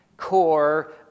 core